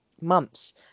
months